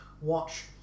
Watch